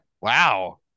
Wow